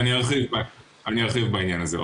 אני ארחיב בעניין הזה.